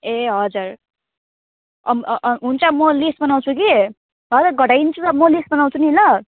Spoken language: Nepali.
ए हजुर हुन्छ म लिस्ट बनाउँछु कि हजुर घटाइदिन्छु म लिस्ट बनाउँछु नि ल